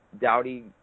Dowdy